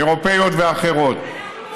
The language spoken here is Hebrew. אירופיות ואחרות,